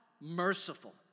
merciful